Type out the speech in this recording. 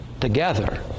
together